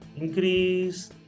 Increase